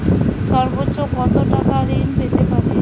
সর্বোচ্চ কত টাকা ঋণ পেতে পারি?